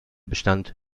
bestand